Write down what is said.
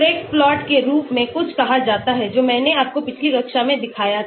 Craig plot के रूप में कुछ कहा जाता है जो मैंने आपको पिछली कक्षा में दिखाया था